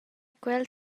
quel